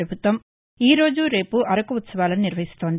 ప్రభుత్వం ఈ రోజు రేపు అరకు ఉత్పవాలను నిర్వహిస్తోంది